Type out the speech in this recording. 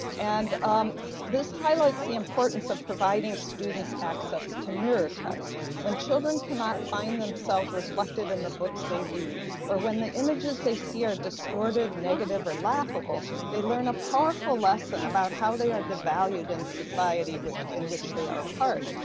and um this highlights the importance of providing students access to mirror text. when children cannot find themselves reflected in the books they read or when the images they see are distorted, negative, or laughable, they learn a powerful lesson about how they are devalued in society in which they are a part.